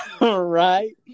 Right